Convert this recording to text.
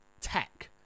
tech